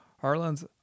Harlan's